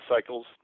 cycles